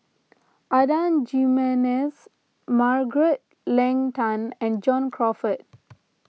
Adan Jimenez Margaret Leng Tan and John Crawfurd